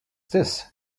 this